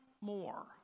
more